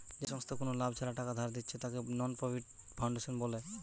যেই সংস্থা কুনো লাভ ছাড়া টাকা ধার দিচ্ছে তাকে নন প্রফিট ফাউন্ডেশন বলে